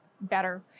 better